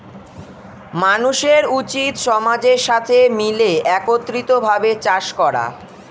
মানুষের উচিত সমাজের সাথে মিলে একত্রিত ভাবে চাষ করা